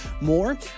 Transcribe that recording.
more